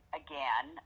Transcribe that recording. again